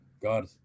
God